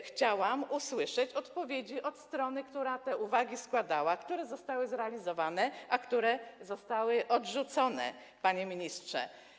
Chciałam usłyszeć odpowiedzi od strony, która te uwagi składała, które z nich zostały zrealizowane, a które zostały odrzucone, panie ministrze.